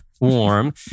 warm